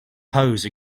pose